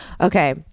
Okay